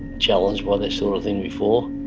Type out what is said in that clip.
challenged by this sort of thing before.